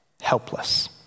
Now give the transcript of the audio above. helpless